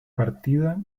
partida